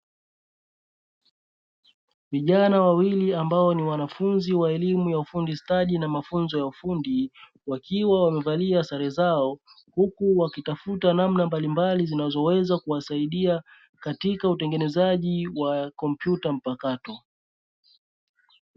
Vijana wawili ambao ni wanafunzi wa elimu ya ufundi stadi na mafunzo ya ufundi wakiwa wamevalia sare zao, huku wakitafuta namna mbalimbali zinazoweza kuwasaidia katika utengenezaji wa kompyuta mpakato.